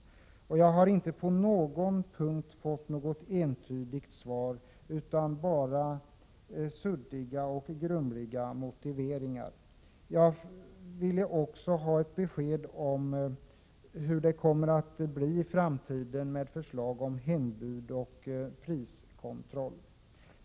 Jag har inte på någon punkt fått ett entydigt svar, utan bara suddiga och grumliga motiveringar. Jag ville också ha ett besked om hur det kommer att bli i framtiden med förslag om hembud och priskontroll.